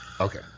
Okay